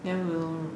then we will